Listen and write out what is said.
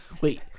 wait